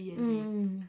mm mm